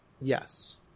Yes